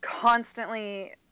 constantly